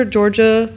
Georgia